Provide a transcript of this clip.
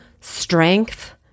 strength